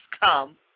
come